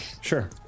Sure